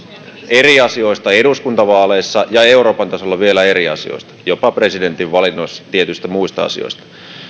eri asioista eduskuntavaaleissa ja euroopan tasolla vielä eri asioista jopa presidentin valinnoissa tietyistä muista asioista